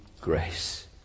grace